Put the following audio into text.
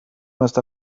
must